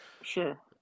Sure